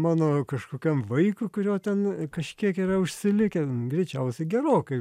mano kažkokiam vaikui kurio ten kažkiek yra užsilikę greičiausiai gerokai